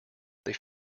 they